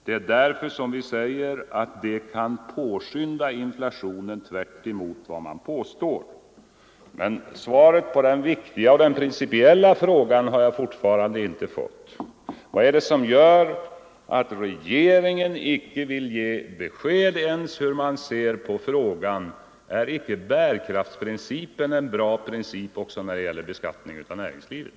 Det är också därför som vi säger att det kan påskynda inflationen — alltså tvärtemot vad man här påstår. Och jag har fortfarande inte fått svar på den viktiga principiella frågan: Vad är det som gör att regeringen inte vill ge besked om ens hur man ser på frågan? Är icke bärkraftsprincipen en bra princip också när det gäller beskattningen av näringslivet?